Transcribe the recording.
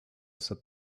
said